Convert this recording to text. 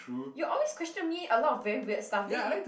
you always question me a lot of very weird stuff then you